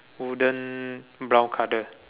wooden brown colour